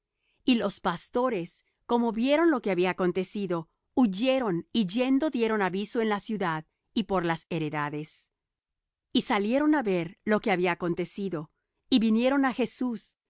y los pastores como vieron lo que había acontecido huyeron y yendo dieron aviso en la ciudad y por las heredades y salieron á ver lo que había acontecido y vinieron á jesús